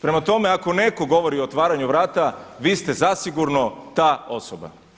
Prema tome, ako netko govori o otvaranju vrata, vi ste zasigurno ta osoba.